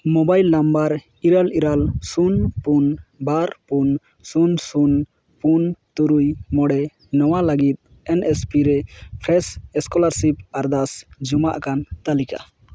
mobile number ᱤᱨᱟᱹᱞ ᱤᱨᱟᱹᱞ ᱥᱩᱱ ᱯᱩᱱ ᱵᱟᱨ ᱯᱩᱱ ᱥᱩᱱ ᱥᱩᱱ ᱯᱩᱱ ᱛᱩᱨᱩᱭ ᱢᱚᱬᱮ ᱱᱚᱣᱟ ᱞᱟᱹᱜᱤᱫ ᱮᱱ ᱮᱥ ᱯᱤ ᱼᱨᱮ ᱯᱷᱨᱮᱥ ᱮᱥᱠᱚᱞᱟᱟᱨᱥᱤᱯ ᱟᱨᱫᱟᱥ ᱡᱚᱢᱟᱜᱠᱟᱱ ᱛᱟᱹᱞᱤᱠᱟ